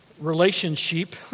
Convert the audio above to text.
relationship